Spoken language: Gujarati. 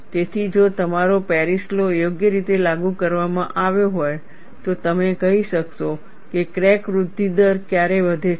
તેથી જો તમારો પેરિસ લૉ યોગ્ય રીતે લાગુ કરવામાં આવ્યો હોય તો તમે કહી શકશો કે ક્રેક વૃદ્ધિ દર ક્યારે વધે છે